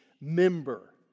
member